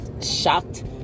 shocked